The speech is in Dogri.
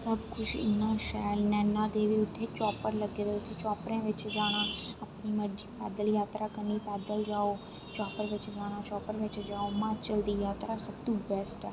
इन्ना शैल नैना देवी उत्थें चापर लग्गे दे इत्थें चापरें बिच्च जाना अपनी मर्जी करनी पैदल जात्तरा करनी पैदल जाओ चाप्पर बिच्च जाना ऐ चाप्पर बिच्च जाओ हिमाचल जी जात्तरा सब तो बैस्ट ऐ